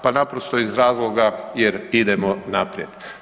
Pa naprosto iz razloga jer idemo naprijed.